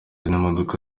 imodoka